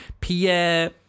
Pierre